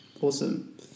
awesome